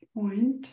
point